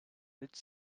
rich